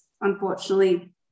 unfortunately